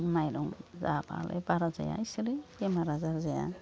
माइरं जाबालाय बारा जाया इसोरो बेमार आजार जाया